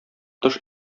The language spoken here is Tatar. тыш